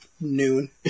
noon